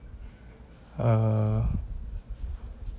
uh